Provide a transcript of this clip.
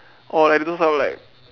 orh like those are like